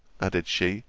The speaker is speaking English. added she,